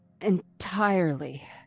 entirely